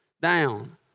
down